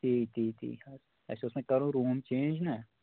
تی تی تی حظ اَسہِ اوس وَ کَرو روٗم چینٛج نَہ